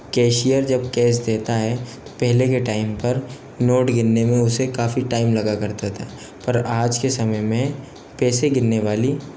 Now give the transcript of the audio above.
cashier अब cash देता है पहले के टाइम पर नोट गिनने में उसे काफ़ी टाइम लगा करता था पर आज के समय में पैसे गिनने वाली